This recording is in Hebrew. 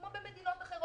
כמו במדינות אחרות,